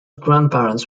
grandparents